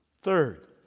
Third